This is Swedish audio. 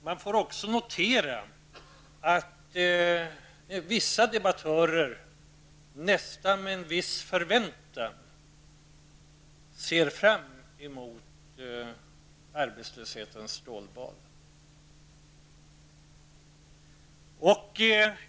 Man får också notera att vissa debattörer, nästan med en viss förväntan, ser fram emot arbetslöshetens stålbad.